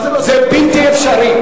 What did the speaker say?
זה בלתי אפשרי.